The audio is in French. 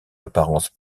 apparence